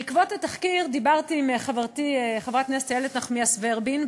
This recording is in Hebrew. בעקבות התחקיר דיברתי עם חברתי חברת הכנסת איילת נחמיאס ורבין,